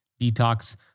detox